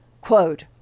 quote